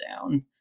down